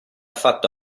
fatto